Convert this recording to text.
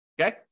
Okay